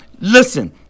Listen